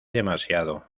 demasiado